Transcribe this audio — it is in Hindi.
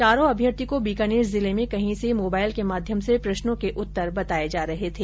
चारों अभ्यर्थी को बीकानेर जिले में कहीं से मोबाइल के माध्यम से प्रश्नों के उत्तर बताए जा रहे थे